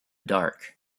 dark